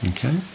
Okay